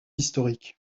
historiques